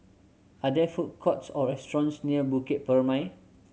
are there food courts or restaurants near Bukit Purmei